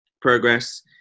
Progress